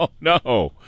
no